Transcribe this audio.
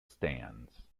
stands